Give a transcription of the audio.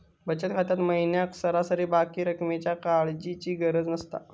बचत खात्यात महिन्याक सरासरी बाकी रक्कमेच्या काळजीची गरज नसता